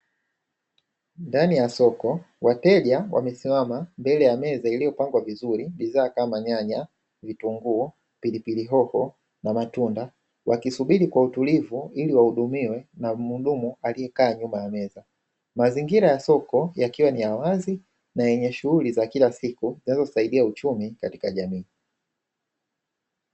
Ndani ya soko wateja wamesimama mbele ya meza iliyopangwa vizuri bidhaa kama nyanya, vitunguu, pilipili hoho na matunda wakisubiri kwa utulivu iliwahudumiwe na muhudumu aliekaa nyuma ya meza. mazingira ya soko yakiwa ni ya wazi na yenye shughuli za kila siku zinazosaidia uchumi katika jamii.